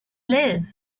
live